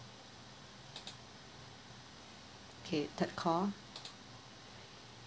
okay third call